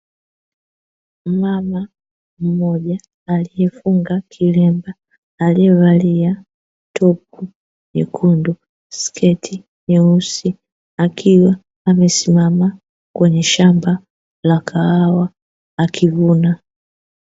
Mmama mmoja aliyefunga kilemba, aliyevalia topu nyekundu, sketi nyeusi akiwa amesimama katika shamba la kahawa akivuna.